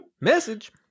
Message